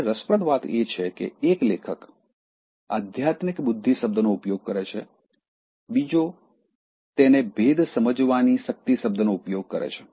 હવે રસપ્રદ વાત એ છે કે એક લેખક આધ્યાત્મિક બુદ્ધિ શબ્દનો ઉપયોગ કરે છે બીજો તેને ભેદ સમજવાની શક્તિ શબ્દનો ઉપયોગ કરે છે